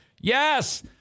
Yes